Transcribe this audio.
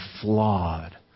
flawed